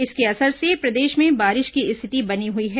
इसके असर से प्रदेश में बारिश की स्थिति बनी हुई है